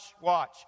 watch